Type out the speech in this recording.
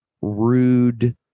rude